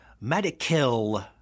medical